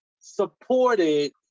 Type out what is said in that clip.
supported